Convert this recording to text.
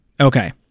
Okay